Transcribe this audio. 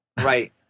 Right